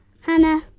Hannah